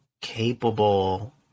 capable